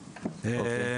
אוקיי.